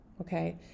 okay